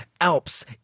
Alps